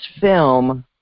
film